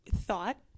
thought